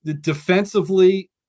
defensively